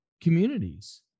communities